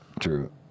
True